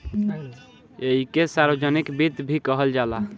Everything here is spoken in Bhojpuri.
ऐइके सार्वजनिक वित्त भी कहल जाला